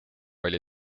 oli